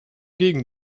gegen